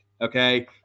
okay